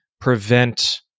prevent